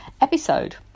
episode